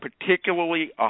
particularly